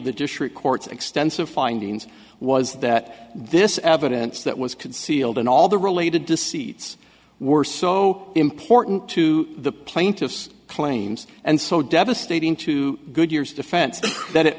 the district court's extensive findings was that this evidence that was concealed and all the related to seeds were so important to the plaintiffs claims and so devastating to good years defense that